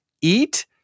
Eat